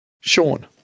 Sean